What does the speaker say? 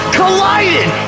collided